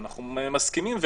אנחנו מסכימים.